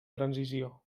transició